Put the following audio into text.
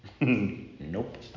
Nope